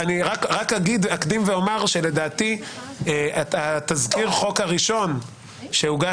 אני אקדים ואומר שלדעתי תזכיר החוק הראשון שהוגש